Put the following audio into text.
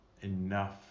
enough